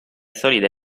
solide